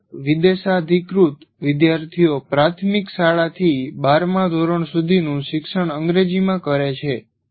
કેટલાક વિશેષાધિકૃત વિદ્યાર્થીઓ પ્રાથમિક શાળાથી બારમા ધોરણ સુધીનું શિક્ષણ અંગ્રેજીમાં કરે છે